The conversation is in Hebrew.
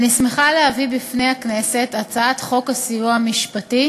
אני שמחה להביא בפני הכנסת את הצעת חוק הסיוע המשפטי